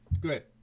Good